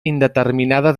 indeterminada